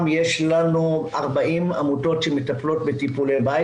יש לנו 40 עמותות שמטפלות בטיפולי בית,